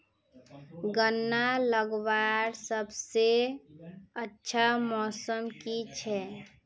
गन्ना लगवार सबसे अच्छा मौसम की छे?